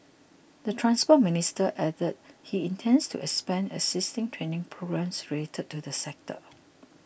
the Transport Minister added he intends to expand existing training programmes related to the sector